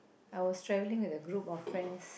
I was travelling with a group of friends